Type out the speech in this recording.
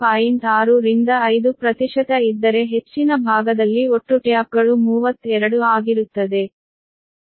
6 ರಿಂದ 5 ಪ್ರತಿಶತ ಇದ್ದರೆ ಹೆಚ್ಚಿನ ಭಾಗದಲ್ಲಿ ಒಟ್ಟು ಟ್ಯಾಪ್ಗಳು 32 ಆಗಿರುತ್ತದೆ